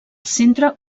centre